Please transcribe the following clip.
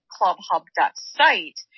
clubhub.site